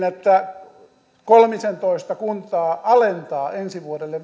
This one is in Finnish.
että kolmisentoista kuntaa alentaa ensi vuodelle